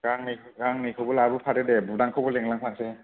गांनै गांनैखौबो लाबोफादो दे बुदांखौबो लिंलांफानोसै